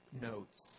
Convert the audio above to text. notes